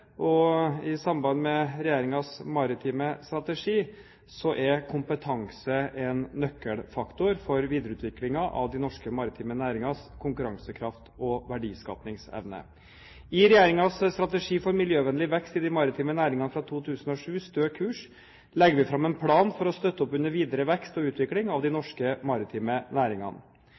og i samband med regjeringens maritime strategi er kompetanse en nøkkelfaktor for videreutviklingen av de norske maritime næringers konkurransekraft og verdiskapingsevne. I regjeringens strategi for miljøvennlig vekst i de maritime næringene fra 2007, Stø kurs, legger vi fram en plan for å støtte opp under videre vekst og utvikling av de norske maritime næringene.